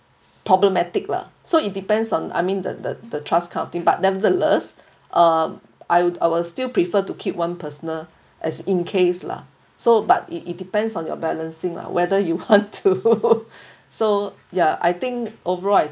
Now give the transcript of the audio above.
problematic lah so it depends on I mean the the the trust kind of thing but nevertheless ah I would I will still prefer to keep one personal as in case lah so but it it depends on your balancing lah whether you want to so ya I think overall I